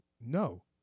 No